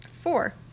four